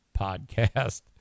podcast